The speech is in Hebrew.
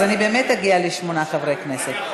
אז אני באמת אגיע לשמונה חברי כנסת.